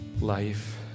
life